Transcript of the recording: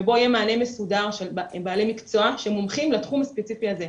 שבו יהיה מענה מסודר עם בעלי מקצוע שמומחים לתחום הספציפי הזה.